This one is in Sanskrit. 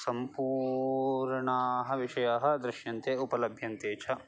सम्पूर्णाः विषयाः दृश्यन्ते उपलभ्यन्ते च